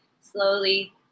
slowly